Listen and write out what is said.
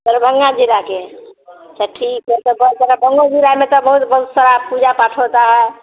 दरभंगा जिला के अच्छा ठीक है तो तो बहुत बहुत पूजा पाठ होता है